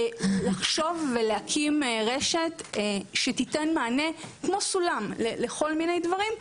לחשוב ולהקים רשת שתיתן מענה לכל מיני דברים,